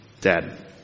dead